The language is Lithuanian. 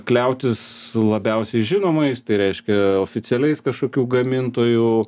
kliautis labiausiai žinomais tai reiškia oficialiais kažkokių gamintojų